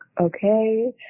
okay